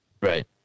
Right